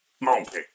Monkey